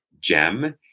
gem